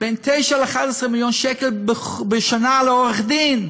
בין 9 ל-11 מיליון שקל בשנה לעורך-דין.